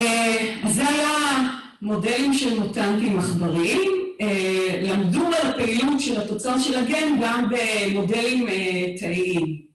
אז זה היה מודלים של מותנטים עכבריים למדו על הפעילות של התוצר של הגן גם במודלים תאיים